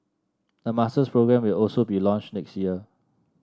a masters programme will also be launched next year